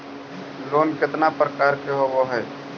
Loan केतना प्रकार के होव हइ?